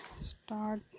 start